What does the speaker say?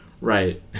right